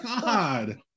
god